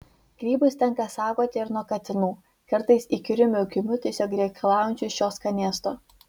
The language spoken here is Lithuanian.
grybus tenka saugoti ir nuo katinų kartais įkyriu miaukimu tiesiog reikalaujančių šio skanėsto